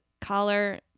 collar